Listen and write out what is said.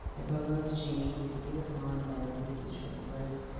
the proposed change was agreed upon by the constituent groups.